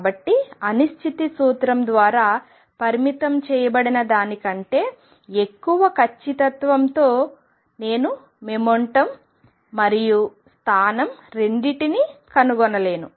కాబట్టి అనిశ్చితి సూత్రం ద్వారా పరిమితం చేయబడిన దానికంటే ఎక్కువ ఖచ్చితత్వంతో నేను మొమెంటం మరియు స్థానం రెండింటినీ కనుగొనలేను